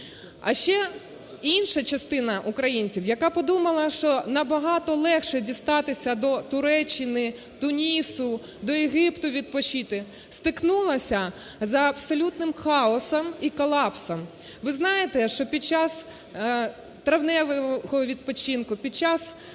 А ще інша частина українців, яка подумала, що набагато легше дістатися до Туреччини, Тунісу, до Єгипту відпочити, стикнулася з абсолютним хаосом і колапсом. Ви знаєте, що під час травневого відпочинку, під час